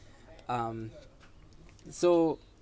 um so